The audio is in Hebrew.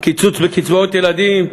קיצוץ בקצבאות ילדים,